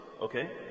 okay